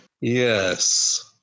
yes